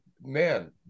man